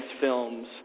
films